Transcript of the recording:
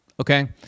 Okay